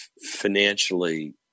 financially